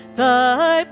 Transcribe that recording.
thy